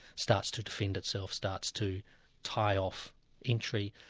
starts to defend itself, starts to tie off entry,